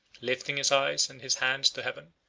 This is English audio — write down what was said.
lifting his eyes and his hands to heaven,